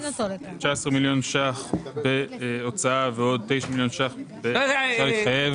19 מיליון שקלים בהוצאה ועוד 9 מיליון שקלים בהרשאה להתחייב